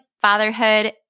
fatherhood